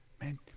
Man